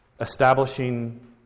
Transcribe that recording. establishing